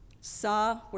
saw